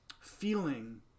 feeling